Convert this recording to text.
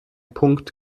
punkt